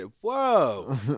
Whoa